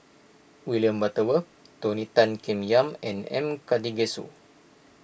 William Butterworth Tony Tan Keng Yam and M Karthigesu